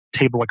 table